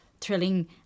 thrilling